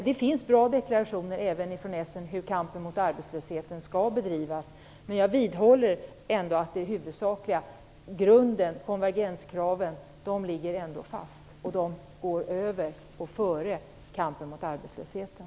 Det finns bra deklarationer även från Essen om hur kampen mot arbetslösheten skall bedrivas, men jag vidhåller ändå att konvergenskraven ligger fast, och de går före kampen mot arbetslösheten.